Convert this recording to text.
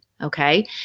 okay